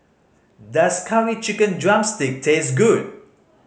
does Curry Chicken drumstick taste good